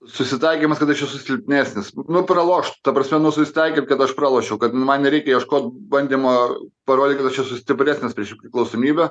susitaikymas kad aš esu silpnesnis nu praloš ta prasme nu susitaikyt kad aš pralošiau kad man nereikia ieškot bandymo parodyt kad esu stipresnis prieš priklausomybę